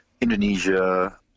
Indonesia